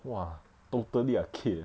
!wah! totally a kid